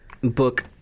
Book